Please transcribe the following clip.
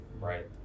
right